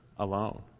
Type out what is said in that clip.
Alone